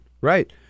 right